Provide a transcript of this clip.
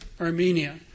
Armenia